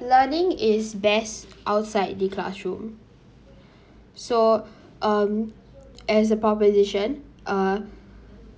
learning is best outside the classroom so um as a proposition uh